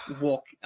walk